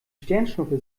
sternschnuppe